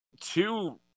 two